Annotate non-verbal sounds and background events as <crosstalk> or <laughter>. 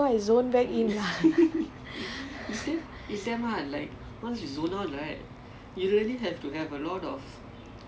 then like I realise that I zone out already but it still took me awhile before I zone back in lah <laughs>